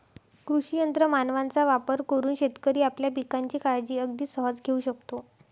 कृषी यंत्र मानवांचा वापर करून शेतकरी आपल्या पिकांची काळजी अगदी सहज घेऊ शकतो